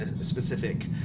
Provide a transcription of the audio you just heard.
specific